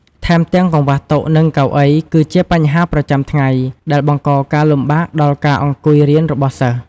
ថែមទាំងកង្វះតុ និងកៅអី គឺជាបញ្ហាប្រចាំថ្ងៃ ដែលបង្កការលំបាកដល់ការអង្គុយរៀនរបស់សិស្ស។